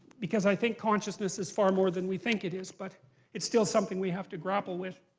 because i think consciousness is far more than we think it is, but it's still something we have to grapple with.